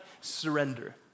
Surrender